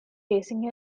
racing